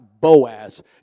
Boaz